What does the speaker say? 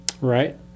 Right